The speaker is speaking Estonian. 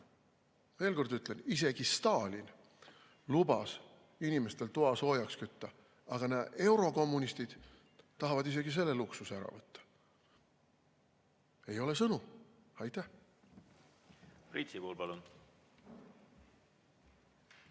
Veel kord ütlen: isegi Stalin lubas inimestel toa soojaks kütta, aga näe, eurokommunistid tahavad isegi selle luksuse ära võtta. Ei ole sõnu. Aitäh!